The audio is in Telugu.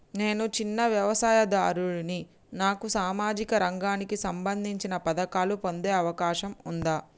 నేను చిన్న వ్యవసాయదారుడిని నాకు సామాజిక రంగానికి సంబంధించిన పథకాలు పొందే అవకాశం ఉందా?